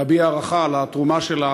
להביע הערכה על התרומה שלה,